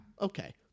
okay